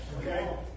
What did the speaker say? okay